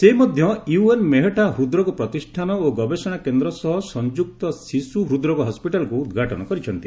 ସେ ମଧ୍ୟ ୟୁଏନ୍ ମେହେଟ୍ଟା ହୃଦ୍ରୋଗ ପ୍ରତିଷ୍ଠାନ ଓ ଗବେଷଣା କେନ୍ଦ୍ର ସହ ସଂଯୁକ୍ତ ଶିଶୁ ହୃଦ୍ରୋଗ ହସ୍ୱିଟାଲ୍କୁ ଉଦ୍ଘାଟନ କରିଛନ୍ତି